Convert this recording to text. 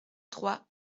trois